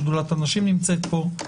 גם שדולת הנשים נמצאת פה,